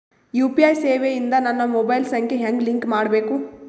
UPI ಸೇವೆ ಇಂದ ನನ್ನ ಮೊಬೈಲ್ ಸಂಖ್ಯೆ ಹೆಂಗ್ ಲಿಂಕ್ ಮಾಡಬೇಕು?